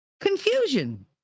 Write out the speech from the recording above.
confusion